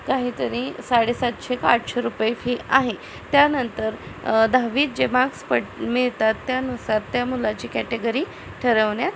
काहीतरी साडे सातशे का आठशे रुपये फी आहे त्यानंतर दहावीत जे माक्स पड मिळतात त्यानुसार त्या मुलाची कॅटेगरी ठरवण्यात